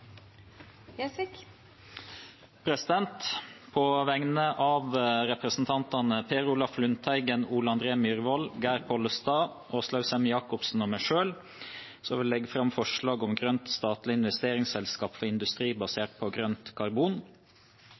På vegne av representantene Per Olaf Lundteigen, Ole André Myhrvold, Geir Pollestad, Åslaug Sem-Jacobsen og meg selv vil jeg fremme forslag om grønt statlig investeringsselskap for industri basert på grønt karbon.